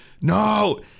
No